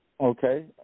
Okay